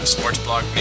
Sportsblog